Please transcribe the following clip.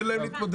תן להם להתמודד.